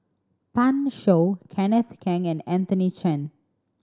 Pan Shou Kenneth Keng and Anthony Chen